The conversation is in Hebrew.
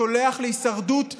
שולח להישרדות כלכלית,